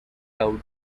out